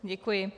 Děkuji.